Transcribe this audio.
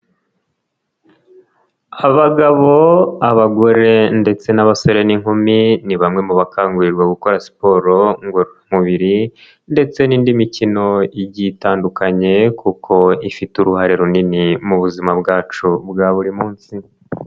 Abagabo, abagore ndetse n'abasore n'inkumi, ni bamwe mu bakangurirwa gukora siporo ngoramubiri ndetse n'indi mikino igiye itandukanye kuko ifite uruhare runini mu buzima bwacu bwa buri munsi.